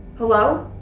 hello?